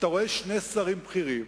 אתה רואה שני שרים בכירים.